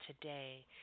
today